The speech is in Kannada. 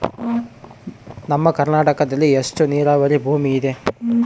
ನಮ್ಮ ಕರ್ನಾಟಕದಲ್ಲಿ ಎಷ್ಟು ನೇರಾವರಿ ಭೂಮಿ ಇದೆ?